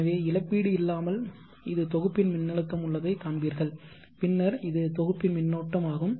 எனவே இழப்பீடு இல்லாமல் இது தொகுப்பின் மின்னழுத்தம் உள்ளதை காண்பீர்கள் பின்னர் இது தொகுப்பின் மின்னோட்டம் ஆகும்